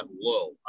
low